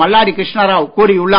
மல்லாடி கிருஷ்ணராவ் கூறியுள்ளார்